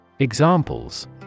Examples